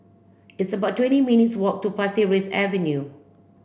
it's about twenty minutes' walk to Pasir Ris Avenue